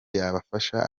yabafasha